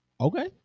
Okay